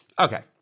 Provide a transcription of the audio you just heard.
Okay